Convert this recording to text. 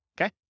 okay